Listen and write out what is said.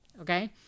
okay